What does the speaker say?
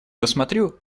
посмотрю